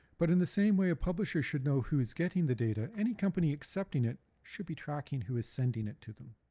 but in the same way a publisher should know who is getting the data, any company accepting it should be tracking who is sending it to them.